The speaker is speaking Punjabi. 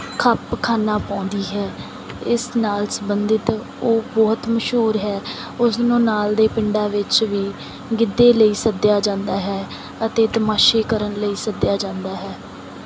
ਖੱਪ ਖਾਨਾ ਪਾਉਂਦੀ ਹੈ ਇਸ ਨਾਲ ਸੰਬੰਧਿਤ ਉਹ ਬਹੁਤ ਮਸ਼ਹੂਰ ਹੈ ਉਸਨੂੰ ਨਾਲ ਦੇ ਪਿੰਡਾਂ ਵਿੱਚ ਵੀ ਗਿੱਧੇ ਲਈ ਸੱਦਿਆ ਜਾਂਦਾ ਹੈ ਅਤੇ ਤਮਾਸ਼ੇ ਕਰਨ ਲਈ ਸੱਦਿਆ ਜਾਂਦਾ ਹੈ